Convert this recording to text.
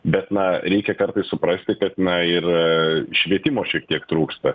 bet na reikia kartais suprasti kad na ir švietimo šiek tiek trūksta